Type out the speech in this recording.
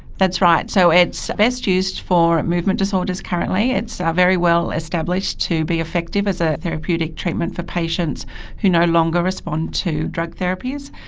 that's right. so it's best used for movement disorders currently, it's ah very well established to be effective as a therapeutic treatment for patients who no longer respond to drug therapies.